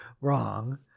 wrong